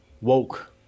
Woke